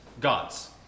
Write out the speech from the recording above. God's